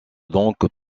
donc